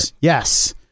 Yes